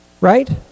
right